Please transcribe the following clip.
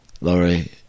Laurie